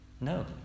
no